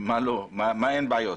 ומה אין בעיות?